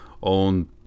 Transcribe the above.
on